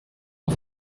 off